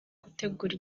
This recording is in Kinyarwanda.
gutegura